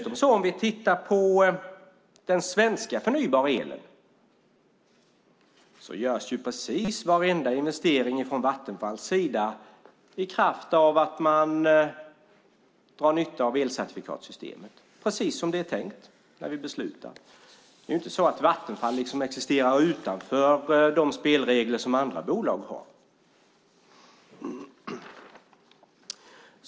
Om vi tittar på den svenska förnybara elen ser vi att varenda investering som görs från Vattenfalls sida sker i kraft av att man drar nytta av elcertifikatssystemet, precis som det var tänkt när vi beslutade om det. Vattenfall existerar ju inte utanför de spelregler som gäller för andra bolag.